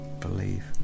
believe